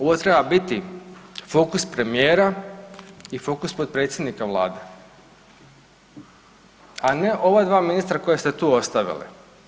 Ovo treba biti fokus premijera i fokus potpredsjednika vlade, a ne ova dva ministra koja ste ovdje ostavili.